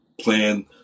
plan